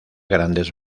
grandes